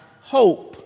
hope